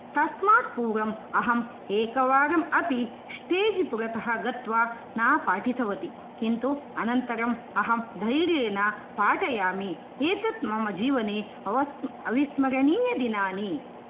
तस्मात् पूर्वम् अहं एकवारम् अपि स्टेज् पुरतः गत्वा न पाठितवती किन्तु अनन्तरम् अहं धैर्येण पाठयामि एतत् मम जीवने अवस्म् अविस्मरणीयदिनानि